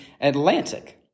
Atlantic